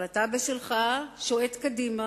אבל אתה בשלך, שועט קדימה,